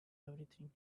everything